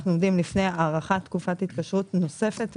אנחנו עומדים לפני הארכת תקופת התקשרות נוספת,